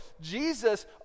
jesus